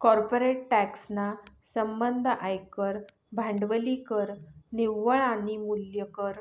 corporate tax ना संबंध आयकर, भांडवली कर, निव्वळ आनी मूल्य कर